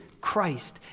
Christ